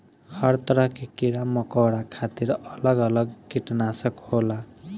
हर तरह के कीड़ा मकौड़ा खातिर अलग अलग किटनासक होला